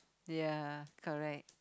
ya correct